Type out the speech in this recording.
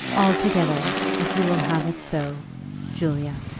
altogether if you will have it so julia.